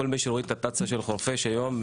כל מי שרואה את התצ"א של חורפיש היום,